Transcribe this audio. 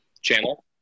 Channel